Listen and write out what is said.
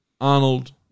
Arnold